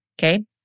okay